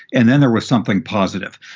and then there was something positive.